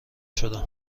شدم